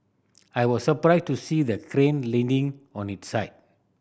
I was surprised to see the crane leaning on its side